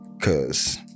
cause